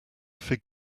fig